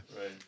Right